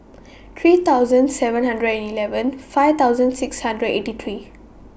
three thousand seven hundred and eleven five thousand six hundred and eighty three